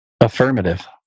Affirmative